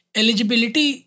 eligibility